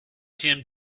tim